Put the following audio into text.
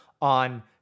on